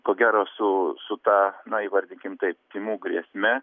ko gero su su ta na įvardykim taip tymų grėsme